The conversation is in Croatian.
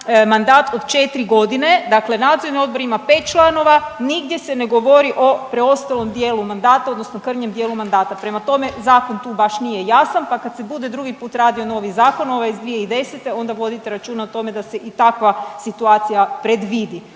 mandat od 4 godine. Dakle, nadzorni odbor ima 5 članova, nigdje se ne govori o preostalom dijelu mandata odnosno krnjem dijelu mandata. Prema tome, zakon tu baš nije jasan, pa kad se bude drugi put radio novi zakon ovaj iz 2010. onda vodite računa o tome da se i takva situacija predvidi